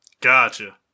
Gotcha